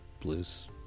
blues